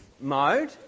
mode